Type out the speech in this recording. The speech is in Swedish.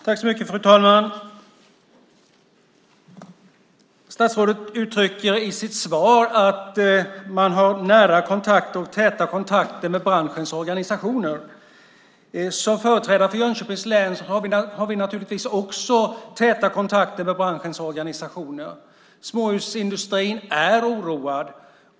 Fru talman! Statsrådet uttrycker i sitt svar att man har nära och täta kontakter med branschens organisationer. Som företrädare för Jönköpings län har vi naturligtvis också täta kontakter med branschens organisationer. Småhusindustrin är oroad.